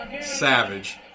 Savage